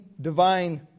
divine